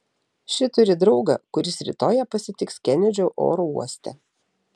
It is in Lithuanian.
ši turi draugą kuris rytoj ją pasitiks kenedžio oro uoste